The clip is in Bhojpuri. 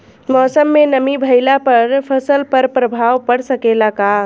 मौसम में नमी भइला पर फसल पर प्रभाव पड़ सकेला का?